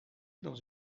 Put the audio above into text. dans